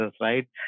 right